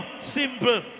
Simple